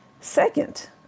Second